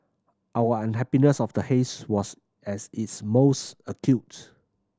our unhappiness of the haze was at its most acute